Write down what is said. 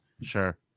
Sure